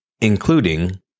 including